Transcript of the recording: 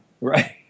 Right